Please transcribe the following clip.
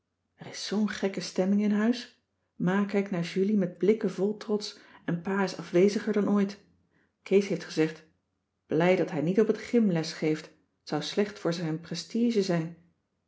er is zoo'n gekke stemming in huis ma kijkt naar julie met blikken vol trots en pa is afweziger dan ooit kees heeft gezegd blij dat hij niet op t gym les geeft t zou slecht voor zijn prestige zijn